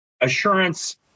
assurance